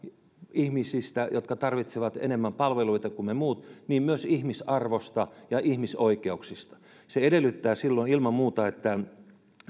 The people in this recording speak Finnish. ihmisistä jotka tarvitsevat enemmän palveluita kuin me muut myös ihmisarvosta ja ihmisoikeuksista se edellyttää silloin ilman muuta että